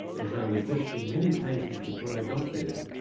as i was listening many paces before i got there.